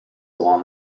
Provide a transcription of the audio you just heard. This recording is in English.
along